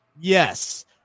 Yes